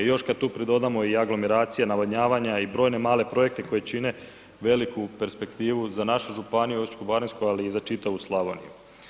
I još kad tu pridodamo i aglomeracija, navodnjavanja i brojne male projekte koji čine veliku perspektivu za našu županiju Osječko-baranjsku, ali i za čitavu Slavoniju.